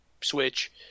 Switch